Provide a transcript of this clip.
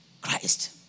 Christ